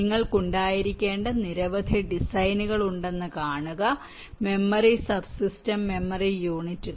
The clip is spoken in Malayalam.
നിങ്ങൾക്ക് ഉണ്ടായിരിക്കേണ്ട നിരവധി ഡിസൈനുകൾ ഉണ്ടെന്ന് കാണുക മെമ്മറി സബ്സിസ്റ്റം മെമ്മറി യൂണിറ്റുകൾ